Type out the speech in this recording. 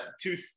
two